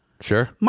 sure